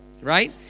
right